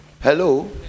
Hello